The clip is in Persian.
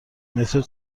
مترو